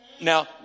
Now